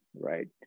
Right